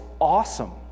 awesome